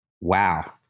Wow